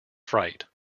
fright